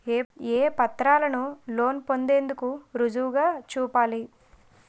ఏ పత్రాలను లోన్ పొందేందుకు రుజువుగా చూపాలి?